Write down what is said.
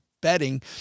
betting